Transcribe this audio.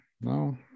no